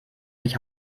nicht